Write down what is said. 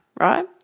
right